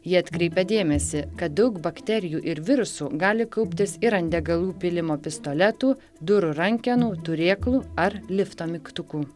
ji atkreipė dėmesį kad daug bakterijų ir virusų gali kauptis ir ant degalų pylimo pistoletų durų rankenų turėklų ar lifto mygtukų